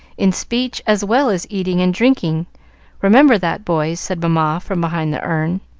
in speech as well as eating and drinking remember that, boys, said mamma from behind the urn.